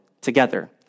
together